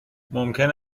ممکن